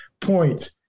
points